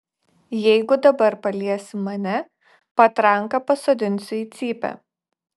jeigu dabar paliesi mane patranka pasodinsiu į cypę